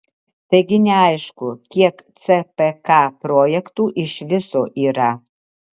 taigi neaišku kiek cpk projektų iš viso yra